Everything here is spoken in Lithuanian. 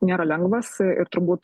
nėra lengvas ir turbūt